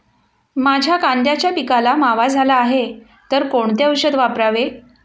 माझ्या कांद्याच्या पिकाला मावा झाला आहे तर कोणते औषध वापरावे?